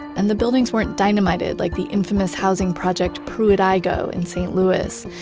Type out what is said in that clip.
and the buildings weren't dynamited like the infamous housing project pruit igoe in st. louis.